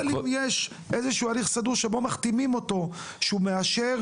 אני שואל האם יש איזשהו הליך סדיר שבו מחתימים אותו שהוא מאשר